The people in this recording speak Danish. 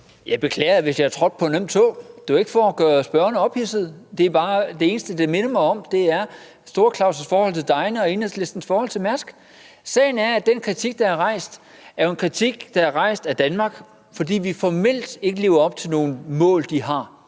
Jeg beklager, hvis jeg har trådt på en øm tå. Det var jo ikke for at gøre spørgeren ophidset. Det er bare sådan, at det eneste, der minder mig om Enhedslistens forhold til Mærsk, er Store Klaus' forhold til degne. Sagen er, at den kritik, der er rejst, jo er en kritik, der er rejst af Danmark, fordi vi formelt ikke lever op til nogle mål, de har.